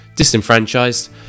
disenfranchised